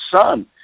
son